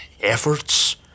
efforts